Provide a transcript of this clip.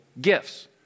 gifts